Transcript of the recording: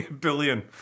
Billion